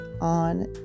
on